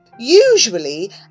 Usually